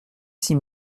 six